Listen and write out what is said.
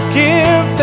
give